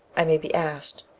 i may be asked,